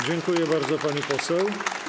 Dziękuję bardzo, pani poseł.